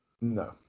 No